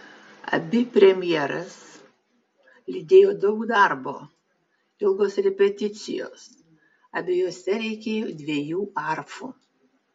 abi premjeras lydėjo daug darbo ilgos repeticijos abiejose reikėjo dviejų arfų